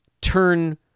turn